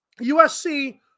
USC –